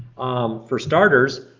for starters,